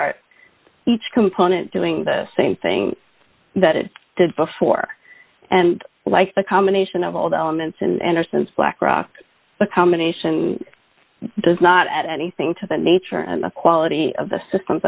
art each component doing the same thing that it did before and like the combination of all the elements and or since blackrock the combination does not add anything to the nature and the quality of the systems